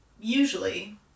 usually